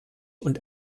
und